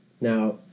Now